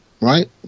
right